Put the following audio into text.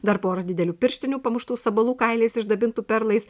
dar pora didelių pirštinių pamuštų sabalų kailiais išdabintų perlais